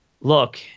Look